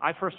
i first